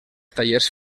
tallers